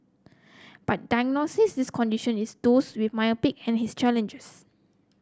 but diagnosing this condition in those with myopia and his challenges